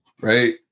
Right